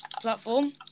platform